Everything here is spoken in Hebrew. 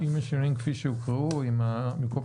כפי שהוקראו כאן.